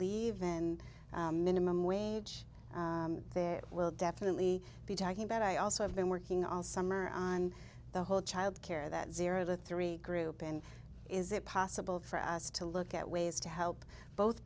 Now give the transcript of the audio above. leave and minimum wage there will definitely be talking about i also have been working all summer on the whole childcare that zero to three group and is it possible for us to look at ways to help both